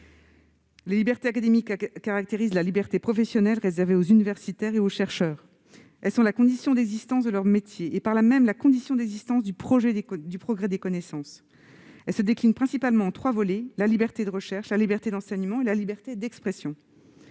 Les libertés académiques caractérisent la liberté professionnelle réservée aux universitaires et aux chercheurs. Elles sont la condition d'existence de leur métier et par là même la condition d'existence du progrès des connaissances. Elles se déclinent principalement en trois volets : la liberté de recherche, la liberté d'enseignement et la liberté d'expression.